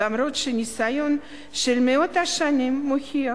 אף שניסיון של מאות שנים מוכיח